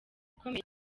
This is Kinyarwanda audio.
ikomeye